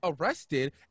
arrested